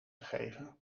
gegeven